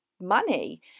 money